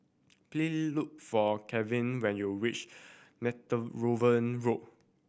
please look for Kevan when you reach Netheravon Road